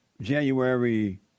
January